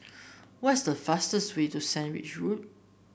what's the fastest way to Sandwich Road